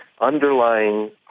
underlying